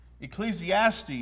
Ecclesiastes